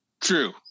True